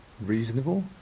Reasonable